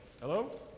Hello